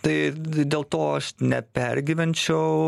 tai dėl to aš nepergyvenčiau